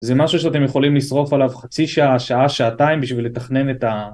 זה משהו שאתם יכולים לשרוף עליו חצי שעה, שעה, שעתיים בשביל לתכנן את ה...